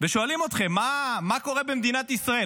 ושואלים אתכם: מה קורה במדינת ישראל?